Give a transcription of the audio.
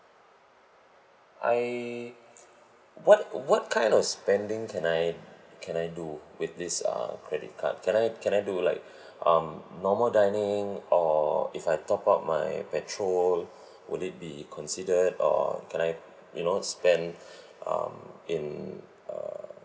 I what what kind of spending can I can I do with this uh credit card can I can I do like um normal dining or if I top up my petrol would it be considered or can I you know spend um in uh